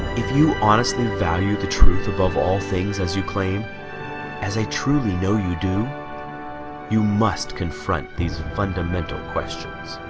if you honestly value the truth above all things as you claim as i truly know you do you must confront these fundamental questions